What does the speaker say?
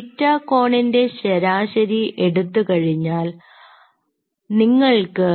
തീറ്റ കോണിന്റെ ശരാശരി എടുത്തു കഴിഞ്ഞാൽ നിങ്ങൾക്ക്